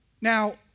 Now